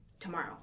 tomorrow